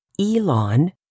Elon